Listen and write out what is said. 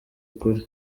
ukuri